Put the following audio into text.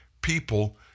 people